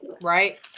right